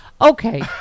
Okay